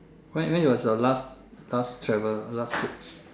right when was your last last travel last trip